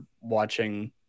watching